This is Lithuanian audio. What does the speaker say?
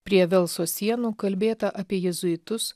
prie velso sienų kalbėta apie jėzuitus